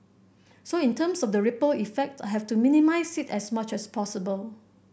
so in terms of the ripple effect I have to minimise it as much as possible